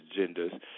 agendas